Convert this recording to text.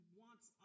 wants